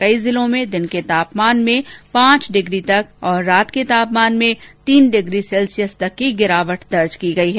कई जिलों में दिन के तापमान में पांच डिग्री तक और रात के तापमान में तीन डिग्री सेल्सियस तक की गिरावट दर्ज की गई है